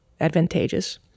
advantageous